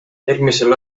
järgmisel